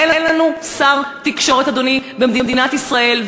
אין לנו שר תקשורת, אדוני, במדינת ישראל.